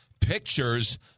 pictures